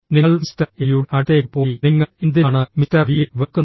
നിങ്ങൾ mister A യുടെ അടുത്തേക്ക് പോയി നിങ്ങൾ എന്തിനാണ് മിസ്റ്റർ ബിയെ വെറുക്കുന്നത്